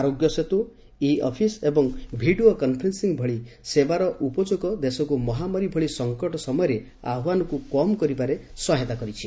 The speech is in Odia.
ଆରୋଗ୍ୟ ସେତୁ ଇ ଅଫିସ୍ ଏବଂ ଭିଡ଼ିଓ କନ୍ଫରେନ୍ନ ଭଳି ସେବାର ଉପଯୋଗ ଦେଶକୁ ମହାମାରୀ ଭଳି ସଙ୍କଟ ସମୟରେ ଆହ୍ୱାନକୁ କମ୍ କରିବାରେ ସହାୟତା କରିଛି